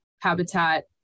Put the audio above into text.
habitat